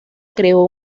creó